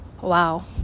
Wow